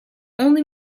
only